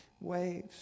waves